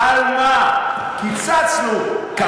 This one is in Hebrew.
תגיד לי.